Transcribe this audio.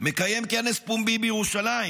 מקיים כנס פומבי בירושלים?